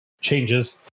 changes